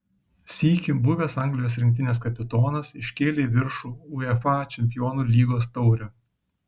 sykį buvęs anglijos rinktinės kapitonas iškėlė į viršų uefa čempionų lygos taurę